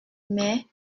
mais